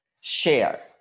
share